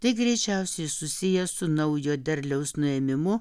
tai greičiausiai susiję su naujo derliaus nuėmimu